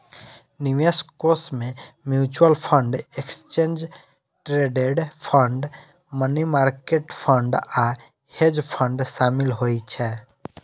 निवेश कोष मे mutual fund, exchange traded fund, money market fund आ हेज फंड शामिल होइ छै